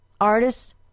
artists